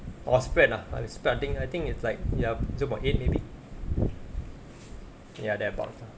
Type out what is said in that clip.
oh spread ah uh spread I think I think it's like ya two point eight maybe ya they're about